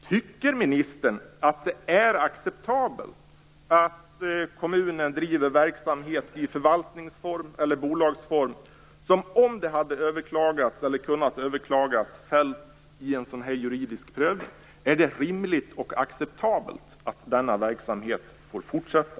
Tycker ministern att det är acceptabelt att kommunen driver verksamhet i förvaltningsform eller bolagsform som, om den hade kunnat överklagas, hade fällts i en juridisk prövning? Är det rimligt och acceptabelt att denna verksamhet får fortsätta?